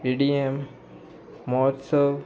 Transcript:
E D M म्होत्सव